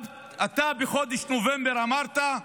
בחודש נובמבר אתה אמרת: